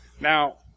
Now